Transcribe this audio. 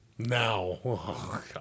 Now